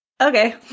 Okay